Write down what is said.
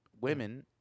women